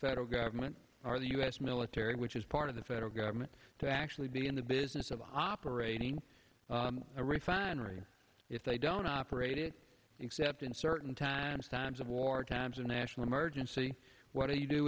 federal government or the u s military which is part of the federal government to actually be in the business of operating a refinery if they don't operate it except in certain times times of war times of national emergency what do you do